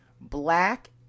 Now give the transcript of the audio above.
black